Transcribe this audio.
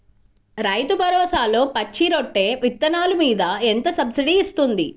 రైతు భరోసాలో పచ్చి రొట్టె విత్తనాలు మీద ఎంత సబ్సిడీ ఇస్తుంది?